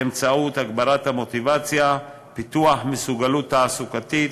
באמצעות הגברת המוטיבציה, פיתוח מסוגלות תעסוקתית,